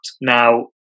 Now